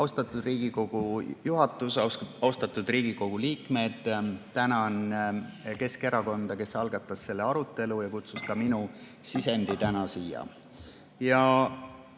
Austatud Riigikogu juhatus! Austatud Riigikogu liikmed! Tänan Keskerakonda, kes algatas selle arutelu ja kutsus ka mind täna siia.